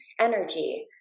energy